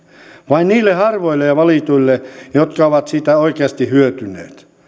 vain niille harvoille ja valituille jotka ovat siitä oikeasti hyötyneet